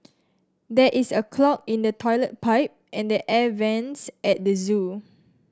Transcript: there is a clog in the toilet pipe and the air vents at the zoo